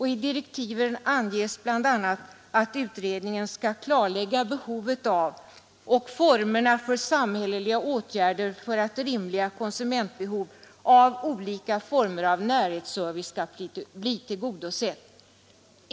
I direktiven anges bl.a. att utredningen skall klarlägga behovet av och formerna för samhälleliga åtgärder för att rimliga konsumentbehov av olika former av närhetsservice skall bli tillgodosedda.